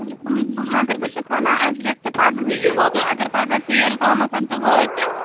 مگر مگر بہٕ چھَس وَنان اَسہِ گژھِ یہِ پگہٕے یہِ واتُن اگر پگاہ ژیر تامَتھ تہِ واتہِ